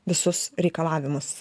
visus reikalavimus